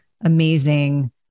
amazing